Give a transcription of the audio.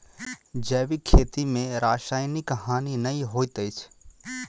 जैविक खेती में रासायनिक हानि नै होइत अछि